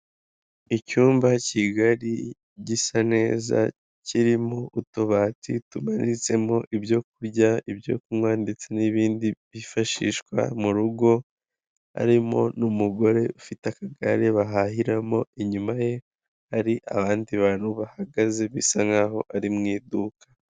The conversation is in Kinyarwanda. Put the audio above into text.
Icyumba kigari, gisa neza, kirimo utubati tumanitsemo ibyo kurya, ibyo kunywa, ndetse n'ibindi byifashishwa mu rugo, harimo n'umugore ufite akagare bahahiramo, inyuma ye hari abandi bantu bahagaze, bisa nk'aho ari mu iduka.